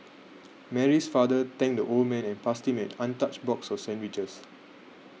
Mary's father thanked the old man and passed him an untouched box of sandwiches